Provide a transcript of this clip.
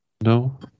No